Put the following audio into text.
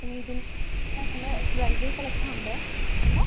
പിന്നെ ഇത് ഇവിടെ നമ്മൾ ജ്വല്ലറി കളക്ഷനും ഉണ്ട് എന്താണ്